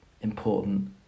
important